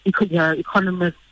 economists